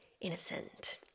innocent